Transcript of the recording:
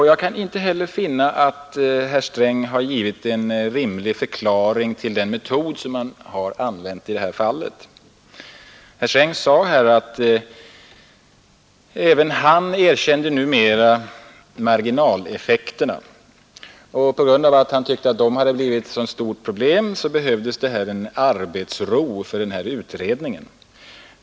Jag kan inte heller finna att herr Sträng har givit någon rimlig förklaring till den metod som han har använt i det här fallet. Herr Sträng sade att även han numera erkände marginaleffekterna, och på grund av att han tyckte att de hade blivit ett sådant stort problem behövdes det arbetsro för utredningen.